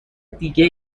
دیگه